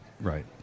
right